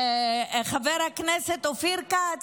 חבר הכנסת אופיר כץ,